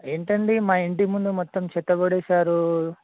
ఏంటండి మా ఇంటి ముందు మొత్తం చెత్త పడేసారు